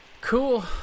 Cool